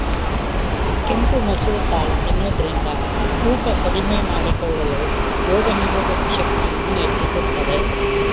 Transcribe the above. ಕೆಂಪು ಮಸೂರ್ ದಾಲ್ ತಿನ್ನೋದ್ರಿಂದ ತೂಕ ಕಡಿಮೆ ಮಾಡಿಕೊಳ್ಳಲು, ರೋಗನಿರೋಧಕ ಶಕ್ತಿಯನ್ನು ಹೆಚ್ಚಿಸುತ್ತದೆ